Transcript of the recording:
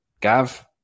Gav